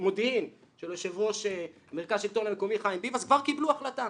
מודיעין של יושב-ראש מרכז השלטון המקומי חיים ביבס כבר קיבלו החלטה,